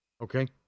Okay